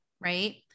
right